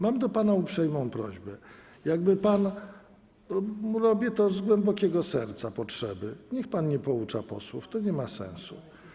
Mam do pana uprzejmą prośbę, jakby pan - robię to z głębokiej potrzeby serca - niech pan nie poucza posłów, to nie ma sensu.